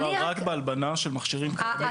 מדובר רק בהלבנה של מכשירים קיימים,